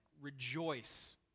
rejoice